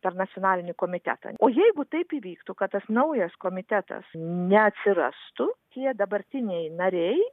per nacionalinį komitetą o jeigu taip įvyktų kad tas naujas komitetas neatsirastų tie dabartiniai nariai